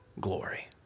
glory